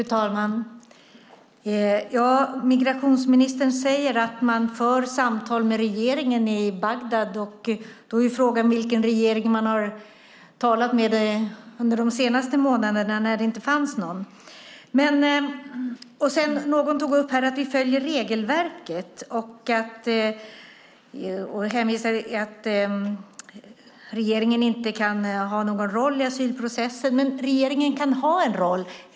Fru talman! Migrationsministern säger att man för samtal med regeringen i Bagdad. Då är frågan vilken regering man har talat med under de senaste månaderna när det inte har funnits någon. Någon tog upp att vi följer regelverket och hänvisade till att regeringen inte kan ha någon roll i asylprocessen. Men regeringen kan ha en roll.